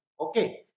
okay